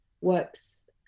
works